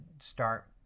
start